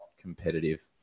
competitive